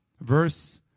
verse